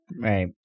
right